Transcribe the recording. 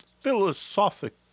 philosophic